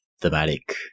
thematic